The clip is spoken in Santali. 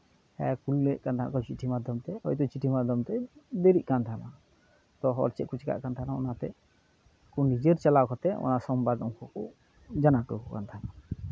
ᱦᱮᱸ ᱠᱩᱞᱮᱫ ᱠᱟᱱ ᱛᱟᱦᱮᱱᱟᱠᱚ ᱪᱤᱴᱷᱤ ᱢᱟᱫᱽᱫᱷᱚᱢ ᱛᱮ ᱦᱚᱭᱛᱳ ᱪᱤᱴᱷᱤ ᱢᱟᱫᱽᱫᱷᱚᱢ ᱛᱮ ᱫᱮᱨᱤᱜ ᱠᱟᱱ ᱛᱟᱦᱮᱱᱟ ᱛᱳ ᱦᱚᱲ ᱪᱮᱫ ᱠᱚ ᱪᱤᱠᱟᱹᱭᱮᱫ ᱠᱟᱱ ᱛᱟᱦᱮᱱᱟ ᱚᱱᱟᱛᱮ ᱟᱠᱚ ᱱᱤᱡᱮᱨ ᱪᱟᱞᱟᱣ ᱠᱟᱛᱮᱫ ᱚᱱᱟ ᱥᱚᱢᱵᱟᱫ ᱩᱱᱠᱩ ᱠᱚ ᱡᱟᱱᱟᱣ ᱦᱚᱴᱚ ᱟᱠᱚ ᱠᱟᱱ ᱛᱟᱦᱮᱱᱟ